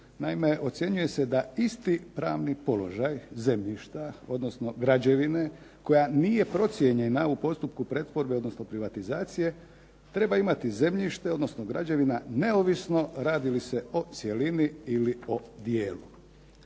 naime ocjenjuje se da isti pravni položaj zemljišta, odnosno građevine koja nije procijenjena u postupku pretvorbe, odnosno privatizacije, treba imati zemljište, odnosno građevina neovisno radi li se o cjelini ili o dijelu.